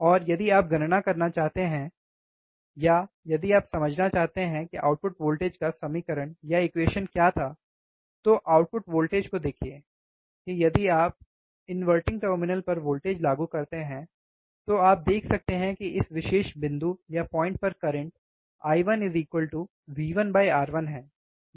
और यदि आप गणना करना चाहते हैं या यदि आप समझना चाहते हैं कि आउटपुट वोल्टेज का समीकरण क्या था तो आउटपुट वोल्टेज को देखिए कि यदि आप इन्वर्टिंग टर्मिनल पर वोल्टेज लागू करते हैं तो आप देख सकते हैं कि इस विशेष बिंदु पर करंट I1 V1 R1 है